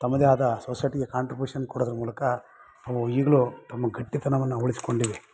ತಮ್ಮದೇ ಆದ ಸೊಸೈಟಿಗೆ ಕಾಂಟ್ರಿಬ್ಯುಶನ್ ಕೊಡೋದ್ರ ಮೂಲಕ ಅವು ಈಗಲೂ ತಮ್ಮ ಗಟ್ಟಿತನವನ್ನು ಉಳಿಸ್ಕೊಂಡಿದೆ